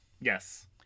Yes